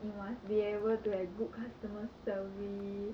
you must be able to have good customer service